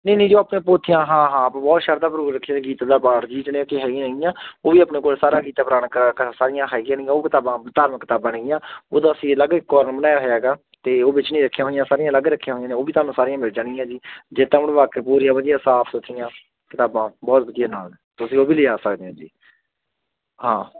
ਨਹੀਂ ਨਹੀਂ ਜੋ ਆਪਣੇ ਪੋਥੀਆਂ ਹਾਂ ਹਾਂ ਬਹੁਤ ਸ਼ਰਧਾ ਪੂਰਵਕ ਰੱਖੀਆਂ ਗੀਤ ਦਾ ਪਾਠ ਹੈਗੀਆਂ ਹੈਗੀਆਂ ਉਹ ਵੀ ਆਪਣੇ ਕੋਲ ਸਾਰਾ ਗੀਤਾ ਸਾਰੀਆਂ ਹੈਗੀਆਂ ਨੇਗੀਆਂ ਉਹ ਕਿਤਾਬਾਂ ਧਾਰਮਿਕ ਕਿਤਾਬਾਂ ਨੇਗੀਆਂ ਉਹਦਾ ਅਸੀਂ ਅਲੱਗ ਕੋਰਨਰ ਬਣਾਇਆ ਹੋਇਆ ਹੈਗਾ ਅਤੇ ਉਹ ਵਿੱਚ ਨਹੀਂ ਰੱਖੀਆਂ ਹੋਈਆਂ ਸਾਰੀਆਂ ਅਲੱਗ ਰੱਖੀਆਂ ਹੋਈਆਂ ਨੇ ਉਹ ਵੀ ਤੁਹਾਨੂੰ ਸਾਰੀਆਂ ਮਿਲ ਜਾਣਗੀਆਂ ਜੀ ਜੇ ਤਾਂ ਹੁਣ ਵਾਕਈ ਪੂਰੀ ਸਾਫ ਸੁਥਰੀਆਂ ਕਿਤਾਬਾਂ ਬਹੁਤ ਵਧੀਆ ਨਾਲ ਤੁਸੀਂ ਉਹ ਵੀ ਲਿਜਾ ਸਕਦੇ ਹੋ ਜੀ ਹਾਂ